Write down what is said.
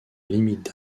limite